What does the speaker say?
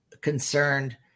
concerned